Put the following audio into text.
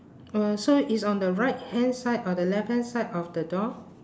oh so it's on the right hand side or the left hand side of the door